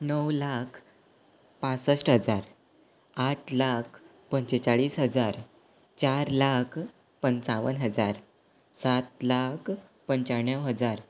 णव लाख पासश्ट हजार आठ लाख पंचेचाळीस हजार चार लाक पंचावन हजार सात लाक पंचाण्णव हजार